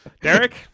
Derek